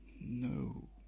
no